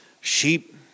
sheep